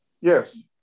Yes